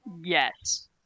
Yes